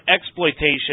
exploitation